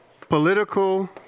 political